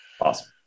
Awesome